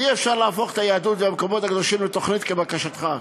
אי-אפשר להפוך את היהדות ואת המקומות הקדושים לתוכנית כבקשתך.